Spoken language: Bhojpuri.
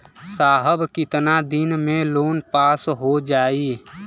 साहब कितना दिन में लोन पास हो जाई?